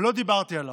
ולא דיברתי עליו.